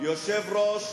יושב-ראש